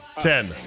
Ten